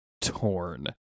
Torn